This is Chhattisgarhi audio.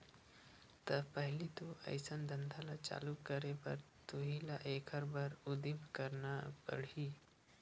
त पहिली तो अइसन धंधा ल चालू करे बर तुही ल एखर बर उदिम करना परही